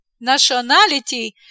nationality